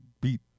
beat